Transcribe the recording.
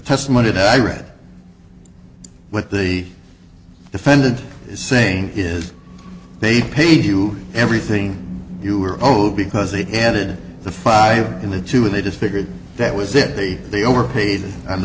testimony that i read what the defendant is saying is they paid you everything you were owed because they added the five in the two and it is figured that was it they they overpaid and